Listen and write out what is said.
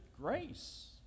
grace